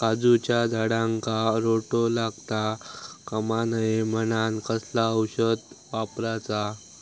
काजूच्या झाडांका रोटो लागता कमा नये म्हनान कसला औषध वापरूचा?